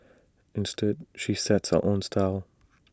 instead she sets her own style